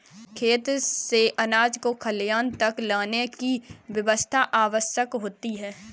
खेत से अनाज को खलिहान तक लाने की व्यवस्था आवश्यक होती है